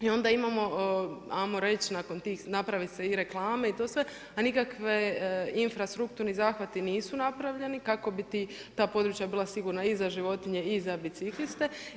I onda imamo hajmo reći nakon tih naprave se i reklame i to sve, a nikakvi infrastrukturni zahvati nisu napravljeni kako bi ta područja bila sigurna i za životinje i za bicikliste.